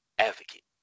Advocate